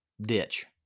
ditch